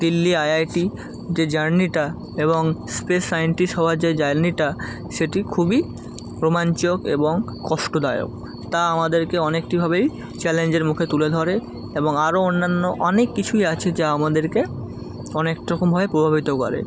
Delhi IIT তে জার্নিটা এবং স্পেস সাইন্টিস হওয়ার যে জার্নিটা সেটি খুবই রোমাঞ্চক এবং কষ্টদায়ক তা আমাদেরকে অনেকটিভাবেই চ্যালেঞ্জের মুখে তুলে ধরে এবং আরো অন্যান্য অনেক কিছুই আছে যা আমাদেরকে অনেকট রকমভাবে প্রভাবিত করে